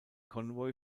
konvoi